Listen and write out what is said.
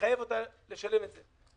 מחייב אותה לשלם את זה.